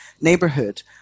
neighborhood